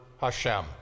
Hashem